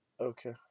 Okay